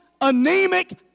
anemic